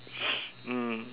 mm